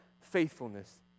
faithfulness